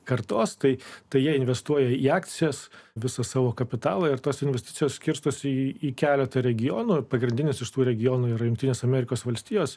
kartos kai tai jie investuoja į akcijas visą savo kapitalą ir tos investicijos skirstosi į keletą regionų pagrindinis iš tų regionų yra jungtinės amerikos valstijos